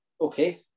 Okay